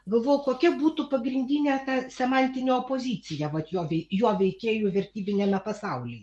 galvoju kokia būtų pagrindinė ta semantinė opozicija vat jo vei jo veikėjų vertybiniame pasaulyje